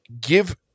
give